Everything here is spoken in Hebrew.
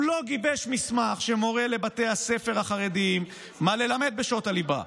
הוא לא גיבש מסמך שמורה לבתי הספר החרדיים מה ללמד בשעות הליבה,